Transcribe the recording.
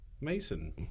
Mason